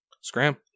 Scram